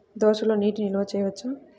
దోసలో నీటి నిల్వ చేయవచ్చా?